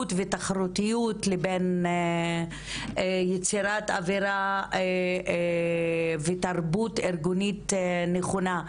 ותחרותיות לבין יצירת אווירה ותרבות ארגונית נכונה.